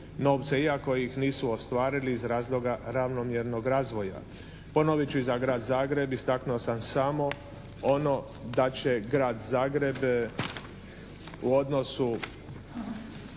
iako ih nisu ostvarili iz razloga ravnomjernog razvoja. Ponovit ću i za Grad Zagreb. Istaknuo sam samo ono da će Grad Zagreb u odnosu